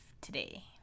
today